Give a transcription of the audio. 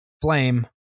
flame